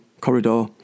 corridor